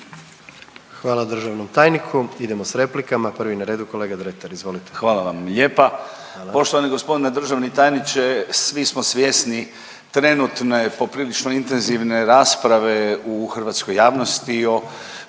Hvala državnom tajniku. Idemo sa replikama, prvi je na redu kolega Dretar. Izvolite. **Dretar, Davor (DP)** Hvala vam lijepa. Poštovani gospodine državni tajniče svi smo svjesni trenutne poprilično intenzivne rasprave u hrvatskoj javnosti o